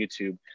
YouTube